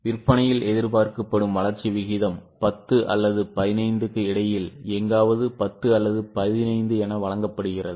விற்பனையில் எதிர்பார்க்கப்படும் வளர்ச்சி விகிதம் 10 அல்லது 15 க்கு இடையில் எங்காவது 10 அல்லது 15 என வழங்கப்படுகிறது